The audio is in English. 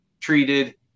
treated